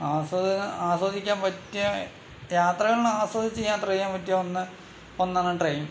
ആസ്വാദനം ആസ്വദിക്കാൻ പറ്റിയ യാത്രകൾ ആസ്വദിച്ച് യാത്ര ചെയ്യാൻ പറ്റിയ ഒന്ന് ഒന്നാണ് ട്രെയിൻ